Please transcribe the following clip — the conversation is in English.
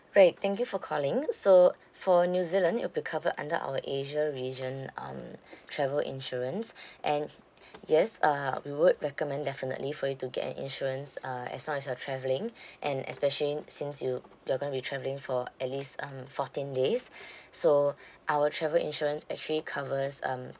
right thank you for calling so for new zealand it'll be covered under our asia region um travel insurance and yes uh we would recommend definitely for you to get an insurance uh as long as you're travelling and especially since you you're going to be travelling for at least um fourteen days so our travel insurance actually covers um